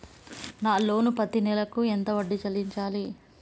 నా లోను పత్తి నెల కు ఎంత వడ్డీ చెల్లించాలి?